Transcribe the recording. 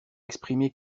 exprimé